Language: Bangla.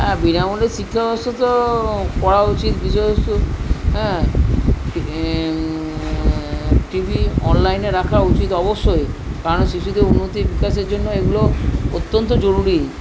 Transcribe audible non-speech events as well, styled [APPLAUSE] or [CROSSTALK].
হ্যাঁ বিনামূল্যে শিক্ষাব্যবস্থা তো করা উচিত [UNINTELLIGIBLE] হ্যাঁ [UNINTELLIGIBLE] ঠিকই অনলাইনে রাখা উচিত অবশ্যই কারণ শিশুদের উন্নতির বিকাশের জন্য এগুলো অত্যন্ত জরুরী